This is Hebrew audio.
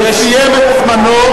הוא סיים את זמנו,